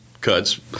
cuts